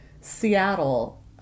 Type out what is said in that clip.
Seattle